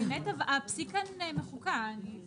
האמת שהפסיק כאן מחוק אצלנו.